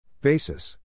Basis